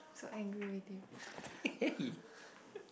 so angry with you